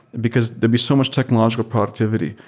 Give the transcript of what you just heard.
because there'd be so much technological productivity.